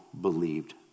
believed